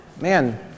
Man